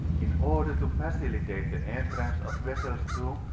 in order to facilitate the entrance of vessels to,